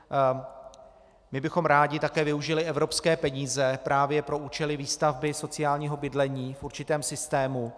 Rádi bychom také využili evropské peníze právě pro účely výstavby sociálního bydlení v určitém systému.